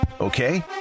Okay